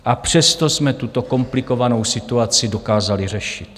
A přesto jsme tuto komplikovanou situaci dokázali řešit.